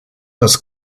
was